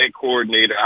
coordinator